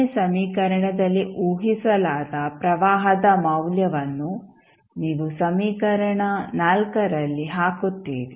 ನೇ ಸಮೀಕರಣದಲ್ಲಿ ಊಹಿಸಲಾದ ಪ್ರವಾಹದ ಮೌಲ್ಯವನ್ನು ನೀವು ಸಮೀಕರಣ ರಲ್ಲಿ ಹಾಕುತ್ತೀರಿ